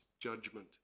judgment